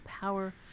power